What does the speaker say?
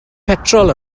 petrol